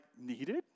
needed